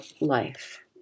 life